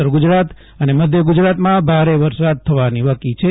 ઉત્તર ગુજરાત અને મધ્ય ગુજરાતમાં ભારે વરસાદ થવાની વકી છે